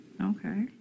okay